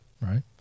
right